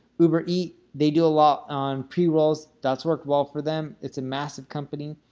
uber eat, they do a lot on pre-rolls, that's worked well for them. it's a massive company.